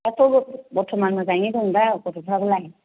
दाथ' बरथ'मान मोजाङैनो दं दा गथ'फ्रालाय